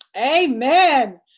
Amen